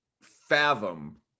fathom